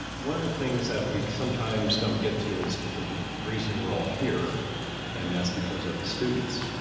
one of the things that we sometimes don't get to is the reason we're all here and that's because of the students.